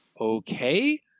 Okay